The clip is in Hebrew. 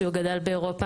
שהוא גדל באירופה.